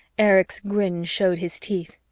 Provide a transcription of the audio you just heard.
erich's grin showed his teeth.